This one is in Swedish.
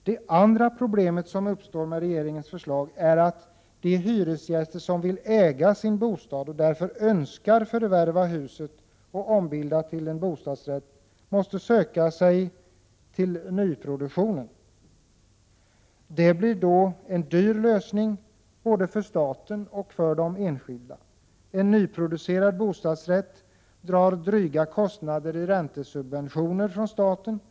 Det andra problemet som uppstår med regeringens förslag är att de hyresgäster som vill äga sin bostad och därför önskar förvärva huset de bor i och ombilda det till bostadsrätt måste söka sig till nyproduktion. Det blir då 2 en dyr lösning både för staten och för den enskilde. En nyproducerad bostadsrätt drar dryga kostnader i räntesubventioner från staten, samtidigt — Prot.